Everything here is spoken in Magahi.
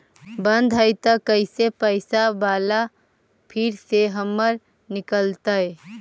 बन्द हैं त कैसे पैसा बाला फिर से हमर निकलतय?